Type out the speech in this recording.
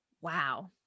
Wow